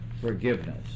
forgiveness